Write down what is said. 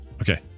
Okay